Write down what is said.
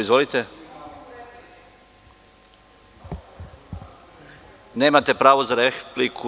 Izvolite [[Ljubica Mrdaković Todorović, s mesta: Po osnovu replike.]] Nemate pravo na repliku.